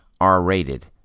R-rated